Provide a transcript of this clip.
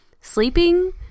sleeping